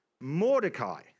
Mordecai